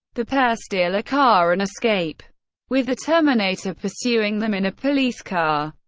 the pair steal a car and escape with the terminator pursuing them in a police car.